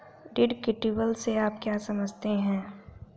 Deductible से आप क्या समझते हैं?